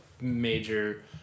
major